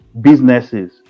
businesses